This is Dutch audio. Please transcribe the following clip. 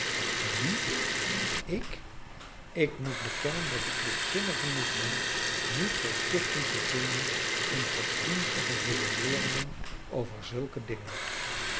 ophelia wie ik ik moet bekennen dat ik lichtzinnig genoeg ben niet veel stichting te vinden in godsdienstige redeneeringen over zulke dingen